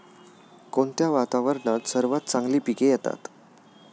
कोणत्या वातावरणात सर्वात चांगली पिके येतात?